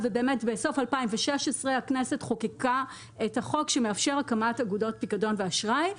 ובסוף 2016 הכנסת חוקקה את החוק שמאפשר הקמת אגודות פיקדון ואשראי.